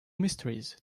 mysteries